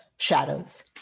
shadows